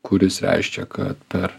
kuris reiškia kad per